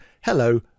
hello